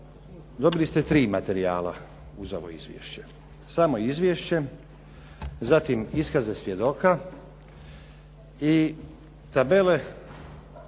dobili ste tri materijala uz ovo izvješće. Samo izvješće, zatim iskaze svjedoka i tabele